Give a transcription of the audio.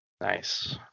nice